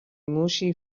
موشی